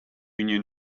union